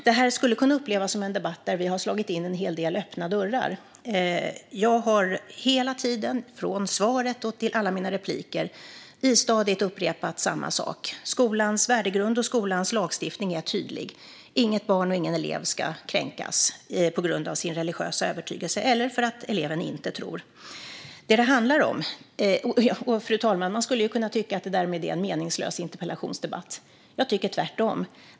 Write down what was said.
Det här skulle kunna upplevas som en debatt där vi har slagit in en hel del öppna dörrar. Jag har hela tiden, i interpellationssvaret och i alla mina anföranden, istadigt upprepat samma sak. Skolans värdegrund och skolans lagstiftning är tydlig: Inget barn och ingen elev ska kränkas på grund av sin religiösa övertygelse eller för att eleven inte tror. Fru talman! Man skulle kunna tycka att detta därmed är en meningslös interpellationsdebatt, men jag tycker tvärtom.